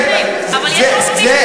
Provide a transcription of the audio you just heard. אבל יש עוד מישהו שקרא את הכול?